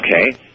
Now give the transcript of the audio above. Okay